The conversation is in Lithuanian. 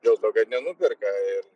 dėl to kad nenuperka ir